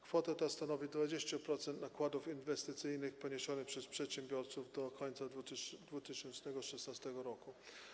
Kwota ta stanowi 20% nakładów inwestycyjnych poniesionych przez przedsiębiorców do końca 2016 r.